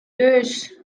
töös